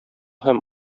һәм